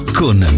con